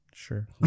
sure